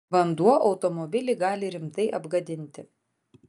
vanduo automobilį gali rimtai apgadinti